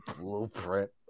Blueprint